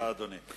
תודה, אדוני.